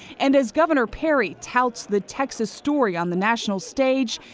and as governor perry touts the texas story on the national stage,